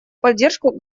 поддержку